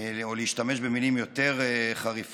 או להשתמש במילים יותר חריפות,